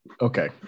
Okay